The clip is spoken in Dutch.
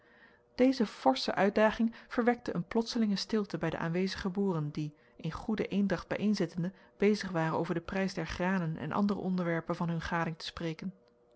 deze forsche uitdaging verwekte een plotslinge stilte bij de aanwezige boeren die in goede eendracht bijeen zittende bezig waren over den prijs der granen en andere onderwerpen van hun gading te spreken